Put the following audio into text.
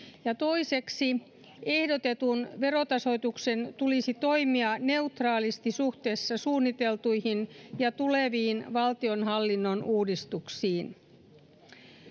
ja toiseksi ehdotetun verotasoituksen tulisi toimia neutraalisti suhteessa suunniteltuihin ja tuleviin valtionhallinnon uudistuksiin